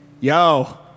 yo